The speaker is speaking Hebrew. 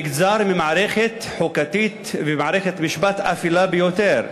הנגזר ממערכת חוקתית ומערכת משפט אפלה ביותר,